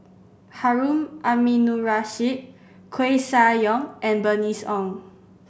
Harun Aminurrashid Koeh Sia Yong and Bernice Ong